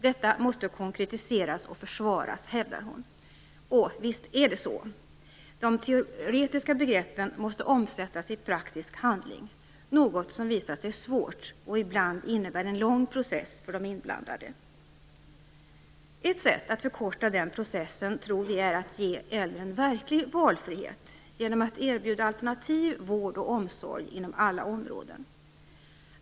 Detta måste konkretiseras och försvaras, hävdar hon. Visst är det så! De teoretiska begreppen måste omsättas i praktisk handling, något som visat sig svårt och ibland innebär en lång process för de inblandade. Ett sätt att förkorta den processen tror vi är att ge äldre en verklig valfrihet genom att erbjuda alternativ vård och omsorg inom alla områden.